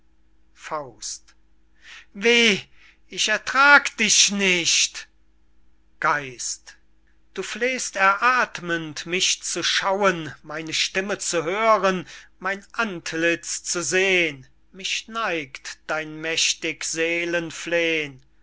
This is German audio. nun weh ich ertrag dich nicht du flehst erathmend mich zu schauen meine stimme zu hören mein antlitz zu sehn mich neigt dein mächtig